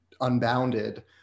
unbounded